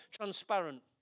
transparent